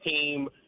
team